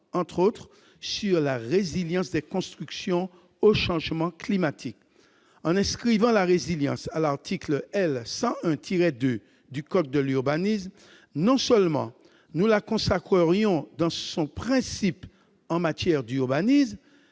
en particulier celle des constructions au changement climatique. En inscrivant la résilience à l'article L. 101-2 du code de l'urbanisme, non seulement nous la consacrerions dans son principe en matière d'urbanisme,